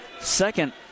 second